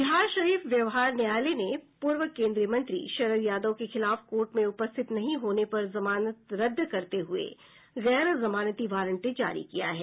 बिहारशरीफ व्यवहार न्यायालय ने पूर्व कोन्द्रीय मंत्री शरद यादव के खिलाफ कोर्ट में उपस्थित नहीं होने पर जमानत रद्द करते हुए गैर जमानती वारंट जारी किया है